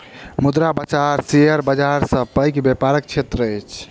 मुद्रा बाजार शेयर बाजार सॅ पैघ व्यापारक क्षेत्र अछि